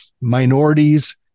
minorities